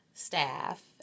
staff